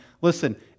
listen